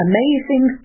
Amazing